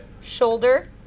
shoulder